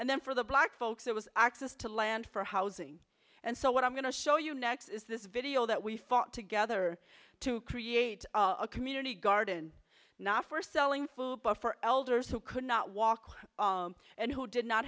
and then for the black folks it was access to land for housing and so what i'm going to show you next is this video that we fought together to create a community garden not for selling food but for elders who could not walk and who did not